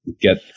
get